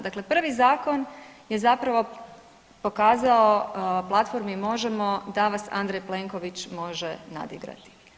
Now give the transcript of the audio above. Dakle, prvi zakon je zapravo pokazao platformi Možemo! da vas Andrej Plenković može nadigrati.